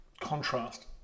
contrast